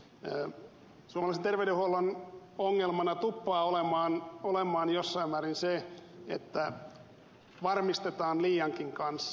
suomalaisen terveydenhuollon ongelmana tuppaa olemaan jossain määrin se että varmistetaan liiankin kanssa